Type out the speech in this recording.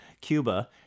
Cuba